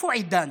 איפה עידן?